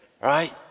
right